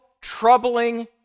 troubling